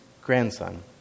grandson